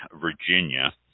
Virginia